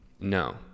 No